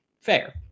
fair